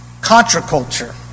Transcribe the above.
contra-culture